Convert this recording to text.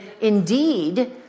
indeed